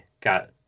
got